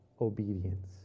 obedience